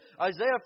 Isaiah